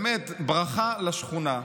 באמת ברכה לשכונה.